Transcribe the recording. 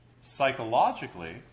Psychologically